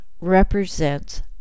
represents